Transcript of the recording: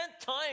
time